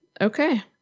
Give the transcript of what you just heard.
Okay